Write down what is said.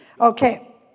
Okay